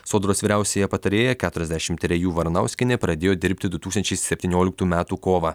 sodros vyriausiąją patarėją keturiasdešimt trejų varanauskienė pradėjo dirbti du tūkstančiai septynioliktų metų kovą